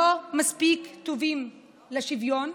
לא מספיק טובים לשוויון?